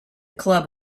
club